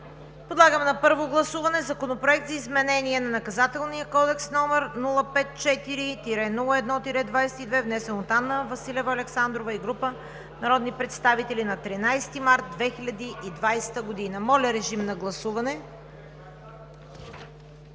Подлагам на първо гласуване Законопроект за изменение на Наказателния кодекс, № 054-01-22, внесен от Анна Василева Александрова и група народни представители на 13 март 2020 г. Гласували